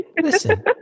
listen